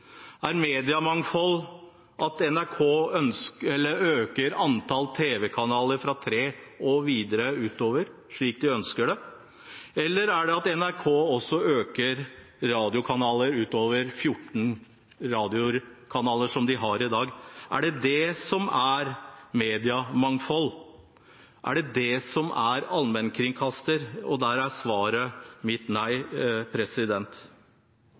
Er mediemangfold at NRK øker antallet tv-kanaler fra tre og oppover, slik de ønsker? Eller er det at NRK også øker antallet radiokanaler utover 14 kanaler som de har i dag? Er det det som er mediemangfold? Er det det som er allmennkringkasting? Der er svaret mitt nei.